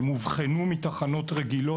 הן הובחנו מתחנות רגילות.